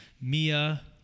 Mia